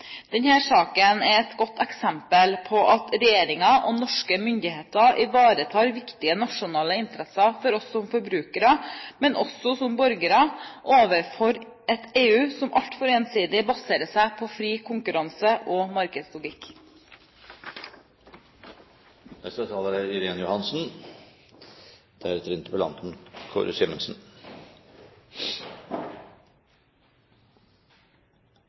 saken er et godt eksempel på at regjeringen og norske myndigheter ivaretar viktige nasjonale interesser for oss som forbrukere, men også som borgere, overfor et EU som altfor ensidig baserer seg på fri konkurranse og